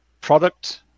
product